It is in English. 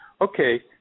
Okay